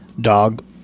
dog